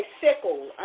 sickle